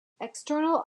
external